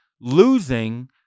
losing